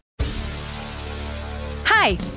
Hi